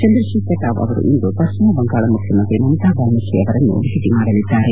ಚಂದ್ರಶೇಖರ್ ರಾವ್ ಅವರು ಇಂದು ಪಶ್ಚಿಮ ಬಂಗಾಳ ಮುಖ್ಚಮಂತ್ರಿ ಮಮತಾ ಬ್ದಾನರ್ಜಿ ಅವರನ್ನು ಭೇಟಿ ಮಾಡಲಿದ್ದಾರೆ